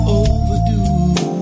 overdue